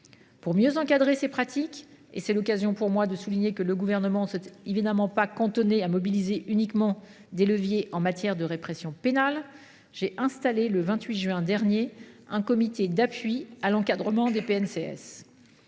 Pour mieux encadrer ces pratiques – c’est l’occasion pour moi de souligner que le Gouvernement ne s’est évidemment pas contenté de mobiliser des leviers de répression pénale –, j’ai mis en place, le 28 juin dernier, un comité d’appui à l’encadrement des PNCS.